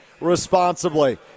responsibly